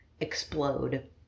explode